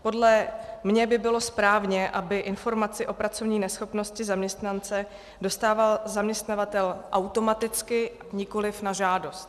Podle mě by bylo správně, aby informaci o pracovní neschopnosti zaměstnance dostával zaměstnavatel automaticky, nikoliv na žádost.